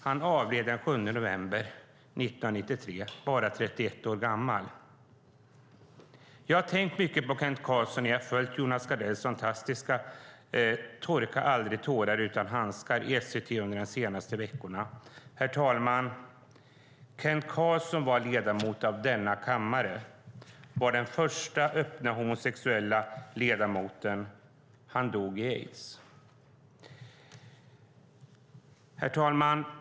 Han avled den 7 november 1993, bara 31 år gammal. Jag har tänkt mycket på Kent Carlsson när jag följt Jonas Gardells fantastiska Torka aldrig tårar utan handskar i SVT under de senaste veckorna. Herr talman! Kent Carlsson var ledamot av denna kammare. Han var den första öppet homosexuella ledamoten. Han dog i aids. Herr talman!